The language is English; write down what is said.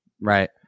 right